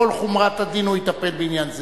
בכל חומרת הדין הוא יטפל בעניין זה.